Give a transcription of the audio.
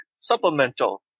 Supplemental